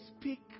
speak